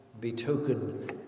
betoken